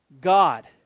God